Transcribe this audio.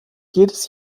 jedes